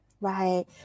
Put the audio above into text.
right